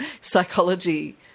psychology